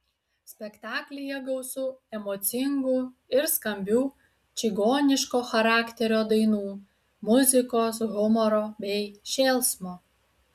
spektaklyje gausu emocingų ir skambių čigoniško charakterio dainų muzikos humoro bei šėlsmo